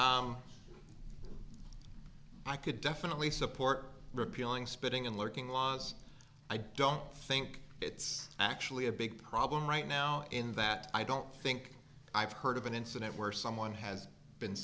i could definitely support repealing spitting in lurking laws i don't think it's actually a big problem right now in that i don't think i've heard of an incident where someone has been